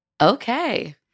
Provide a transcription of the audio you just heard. Okay